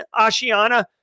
Ashiana